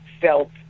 felt